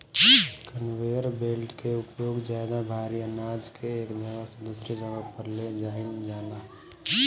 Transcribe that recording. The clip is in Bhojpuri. कन्वेयर बेल्ट के उपयोग ज्यादा भारी आनाज के एक जगह से दूसरा जगह पर ले जाईल जाला